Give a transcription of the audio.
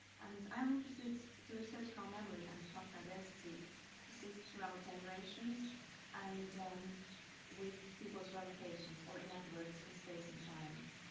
and i'm interested to research how memory and cultural identity persists throughout generations and with people's relocations, or in other words, in space and time.